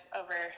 over